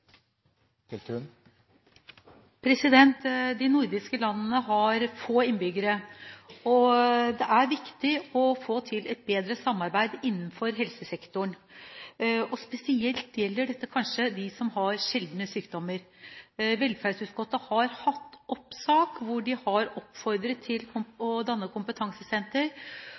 viktig å få til et bedre samarbeid innenfor helsesektoren. Spesielt gjelder kanskje dette dem som har sjeldne sykdommer. Velferdsutskottet har hatt oppe en sak hvor de har oppfordret til å danne et kompetansesenter